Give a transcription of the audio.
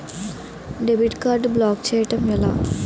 Debit card block చేయటం ఎలా?